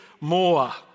More